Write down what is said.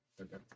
Okay